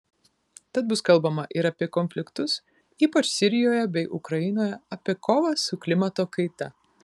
tad bus kalbama ir apie konfliktus ypač sirijoje bei ukrainoje apie kovą su klimato kaita